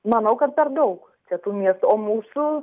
manau kad per daug čia tų miestų o mūsų